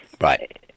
right